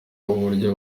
uburyo